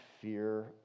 fear